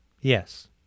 yes